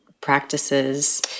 practices